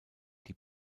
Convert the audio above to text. die